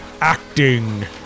Acting